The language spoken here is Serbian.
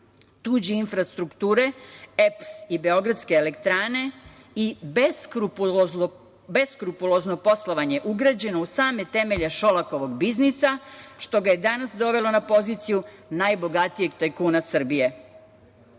tuđe infrastrukture EPS i Beogradske elektrane i beskrupulozno poslovanje ugrađeno u same temelje Šolakovog biznisa, što ga je danas dovelo na poziciju najbogatijeg tajkuna Srbije. Upravo